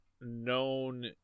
known